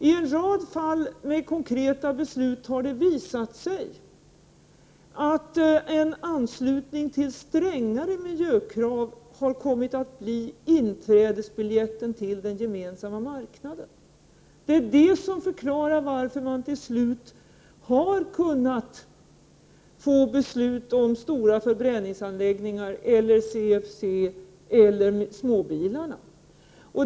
I en rad fall av konkreta beslut har det visat sig att en anslutning till strängare miljökrav har kommit att bli inträdesbiljetten till den gemensamma marknaden. Det är det som förklarar varför man till slut har kunnat få ett beslut om t.ex. stora förbränningsanläggningar eller om CFC.